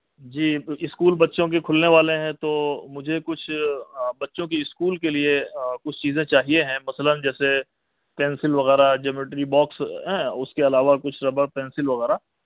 جی school بچوں کے کھلنے والے ہیں تو مجھے کچھ بچوں کی اسکول کے لئے کچھ چیزیں چاہئے ہیں مثلاً جیسے پینسل وغیرہ جیومیٹری باکس اس کے علاوہ کچھ ربڑ پینسل وغیرہ